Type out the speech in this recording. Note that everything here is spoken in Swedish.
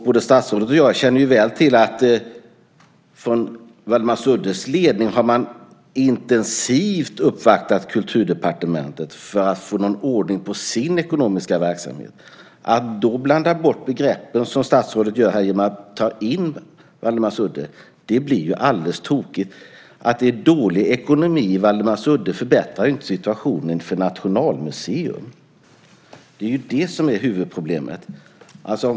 Både statsrådet och jag känner ju väl till att från Waldemarsuddes ledning har man intensivt uppvaktat Kulturdepartementet för att få någon ordning på sin ekonomiska verksamhet. Att då blanda ihop begreppen, som statsrådet gör här, genom att ta in Waldemarsudde blir alldeles tokigt. Att det är dålig ekonomi i Waldemarsudde förbättrar ju inte situationen för Nationalmuseum. Det är det som är huvudproblemet.